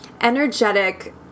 energetic